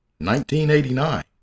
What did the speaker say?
1989